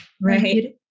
right